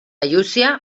llúcia